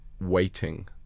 waiting